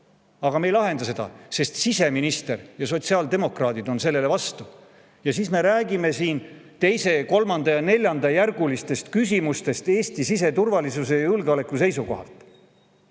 Aga me ei lahenda seda, sest siseminister ja sotsiaaldemokraadid on sellele vastu. Ja siis me räägime siin teise‑, kolmanda‑ ja neljandajärgulistest küsimustest Eesti siseturvalisuse ja julgeoleku seisukohalt.